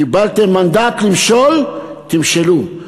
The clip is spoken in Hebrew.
קיבלתם מנדט למשול, תמשלו.